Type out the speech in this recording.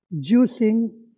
juicing